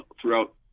throughout